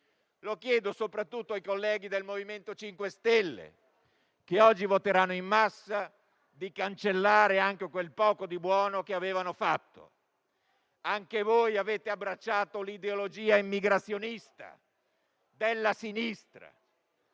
Lo chiedo soprattutto ai colleghi del MoVimento 5 Stelle, che oggi voteranno in massa per cancellare anche quel poco di buono che avevano fatto. Anche voi avete abbracciato l'ideologia immigrazionista della sinistra.